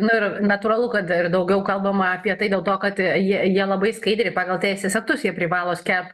nu ir natūralu kad ir daugiau kalbama apie tai dėl to kad jie jie labai skaidriai pagal teisės aktus jie privalo skelbt